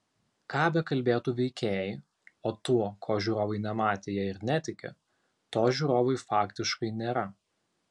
ką bekalbėtų veikėjai o tuo ko žiūrovai nematė jie ir netiki to žiūrovui faktiškai nėra